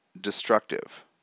destructive